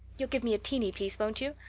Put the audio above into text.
you'll give me a teeny piece, won't you?